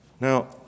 Now